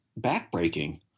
backbreaking